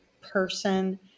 person